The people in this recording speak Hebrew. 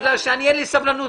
יותר טוב שאני אחמיא לה.